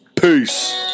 Peace